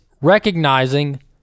recognizing